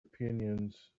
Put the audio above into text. opinions